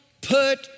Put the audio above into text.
put